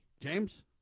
James